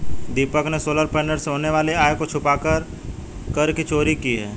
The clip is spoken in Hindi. दीपक ने सोलर पैनल से होने वाली आय को छुपाकर कर की चोरी की है